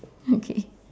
okay